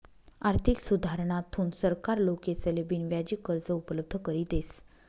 आर्थिक सुधारणाथून सरकार लोकेसले बिनव्याजी कर्ज उपलब्ध करी देस